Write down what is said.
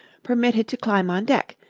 permitted to climb on deck,